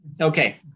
Okay